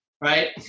Right